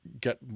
get